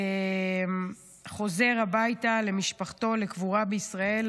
חוזר הביתה למשפחתו, לקבורה בישראל.